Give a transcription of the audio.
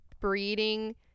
breeding